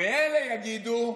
ואלה יגידו: